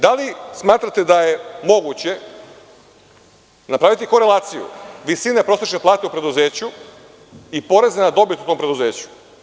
Da li smatrate da je moguće napraviti korelaciju visine prosečne plate u preduzeću i porez na dobit u tom preduzeću?